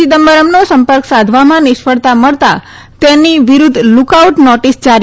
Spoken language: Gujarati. ચિદમ્બરમનો સંપર્ક સાધવામાં નિષ્ફળતા મળતાં તેમની વિરુદ્ધ લુકઆઉટ નોટિસ જારી કરાઈ છે